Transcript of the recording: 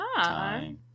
Time